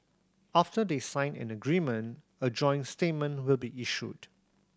after they sign an agreement a joint statement will be issued